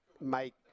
make